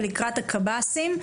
ולקראת הקב"סים.